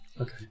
Okay